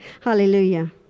Hallelujah